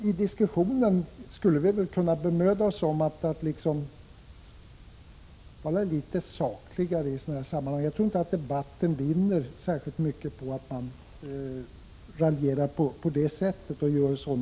I diskussionen skulle vi väl kunna bemöda oss om att vara litet sakligare i sådana här sammanhang. Jag tror inte att debatten vinner särskilt mycket på att man raljerar på det sätt som Oskar Lindkvist gjorde.